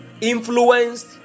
influenced